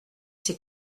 ses